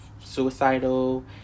suicidal